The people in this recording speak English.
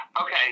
Okay